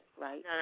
right